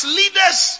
leaders